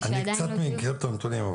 אני קצת מכיר את הנתונים.